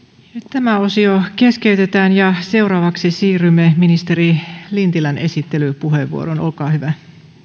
tämä osio keskeytetään ja seuraavaksi siirrymme ministeri lintilän esittelypuheenvuoroon olkaa hyvä